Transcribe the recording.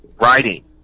writing